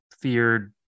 feared